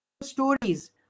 Stories